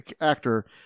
actor